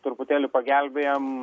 truputėlį pagelbėjam